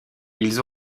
ils